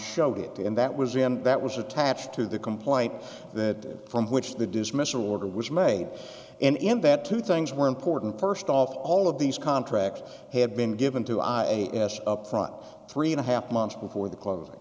showed it to him that was him that was attached to the complaint that from which the dismissal order was made and in that two things were important first off all of these contracts had been given to i a s upfront three and a half months before the closing